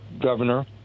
governor